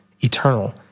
eternal